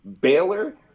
Baylor